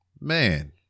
man